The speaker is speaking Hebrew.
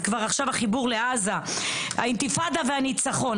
האינתיפאדה והניצחון".